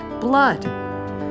blood